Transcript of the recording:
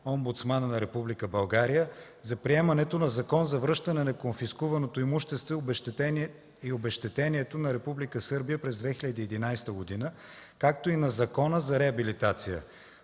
Омбудсманът на Република България, за приемането на Закон за връщане на конфискуваното имущество и обезщетението на Република Сърбия през 2011 г., както и на Закона за реабилитация.